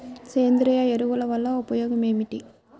సేంద్రీయ ఎరువుల వల్ల ఉపయోగమేమిటీ?